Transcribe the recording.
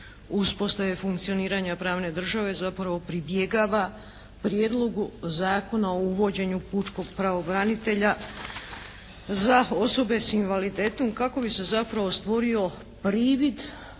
uspostave funkcioniranja pravne države zapravo pribjegava Prijedlogu Zakona o uvođenju pučkog pravobranitelja za osobe s invaliditetom kako bi se zapravo stvorio privid